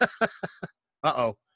uh-oh